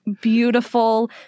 beautiful